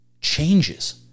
changes